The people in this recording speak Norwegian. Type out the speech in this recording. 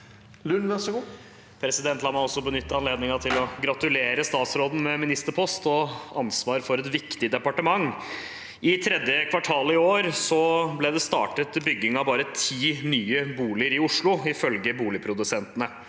La meg også benytte anledningen til å gratulere statsråden med ministerpost og ansvaret for et viktig departement. «I tredje kvartal i år ble det startet bygging av bare ti nye boliger i Oslo, ifølge boligprodusentene.